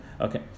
Okay